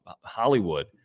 Hollywood